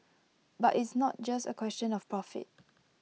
but it's not just A question of profit